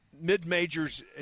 mid-majors